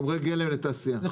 זה חומרי גלם לתעשייה.